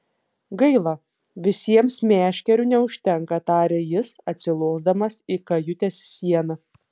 gaila visiems meškerių neužtenka tarė jis atsilošdamas į kajutės sieną